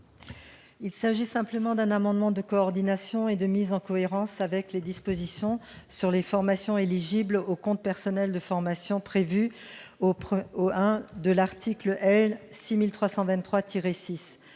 Il s'agit d'un amendement de coordination et de mise en cohérence avec les dispositions relatives aux formations éligibles au compte personnel de formation prévues au I de l'article L. 6323-6